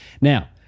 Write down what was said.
Now